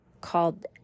called